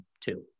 two